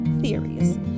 theories